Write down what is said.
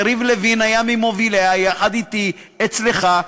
יריב לוין היה ממוביליה, יחד אתי, אצלך.